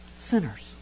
sinners